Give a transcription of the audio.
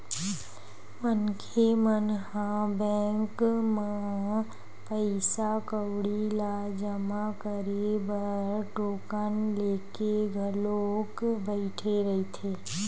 मनखे मन ह बैंक म पइसा कउड़ी ल जमा करे बर टोकन लेके घलोक बइठे रहिथे